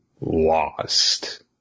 lost